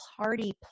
Party